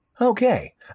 Okay